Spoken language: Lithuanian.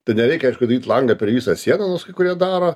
tai nereikia aišku daryt langą per visą sieną nors kai kurie daro